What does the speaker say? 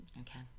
Okay